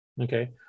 Okay